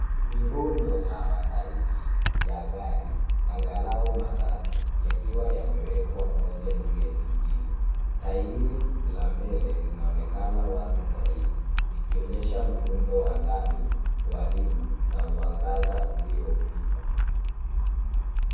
Ni rundo ya mataili ya gari angalau matatu yakiwa yamewekwa moja juu ya jingine. Tairi la mbele linaonekana wazi zaidi ikionyesha miundo wa ndani ya rimu na mwangaza uliyopiga.